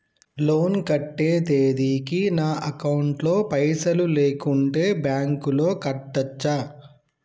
Loan కట్టే తేదీకి నా అకౌంట్ లో పైసలు లేకుంటే బ్యాంకులో కట్టచ్చా?